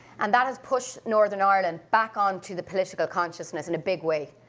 and that has pushed northern ireland back onto the political consciousness in a big way,